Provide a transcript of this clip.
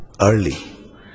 early